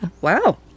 Wow